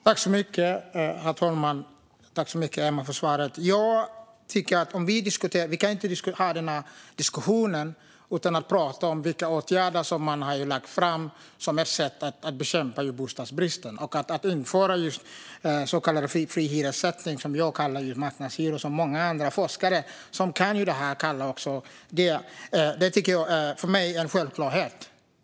Herr talman! Vi kan inte ha denna diskussion utan att tala om vilka åtgärder man har lagt fram för att bekämpa bostadsbristen, och att diskutera införandet av så kallad fri hyressättning - eller marknadshyror, som jag och många forskare som kan detta kallar det - är självklart.